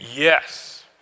Yes